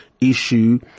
issue